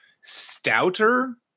stouter